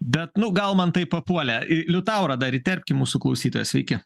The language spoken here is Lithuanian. bet nu gal man taip papuolė liutaurą dar įterpkim mūsų klausytoją sveiki